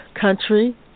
country